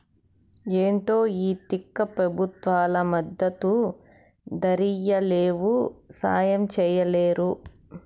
ఏంటో ఈ తిక్క పెబుత్వాలు మద్దతు ధరియ్యలేవు, సాయం చెయ్యలేరు